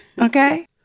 Okay